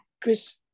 Chris